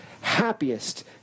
happiest